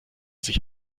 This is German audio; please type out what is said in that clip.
sich